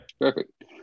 Perfect